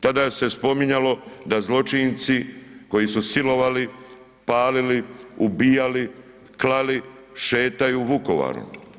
Tada se spominjalo da zločinci koji su silovali, palili, ubijali, klali, šetaju Vukovarom.